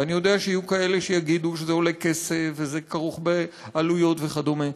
ואני יודע שיהיו כאלה שיגידו שזה עולה כסף וזה כרוך בעלויות וכדומה.